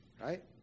right